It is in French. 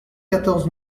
quatorze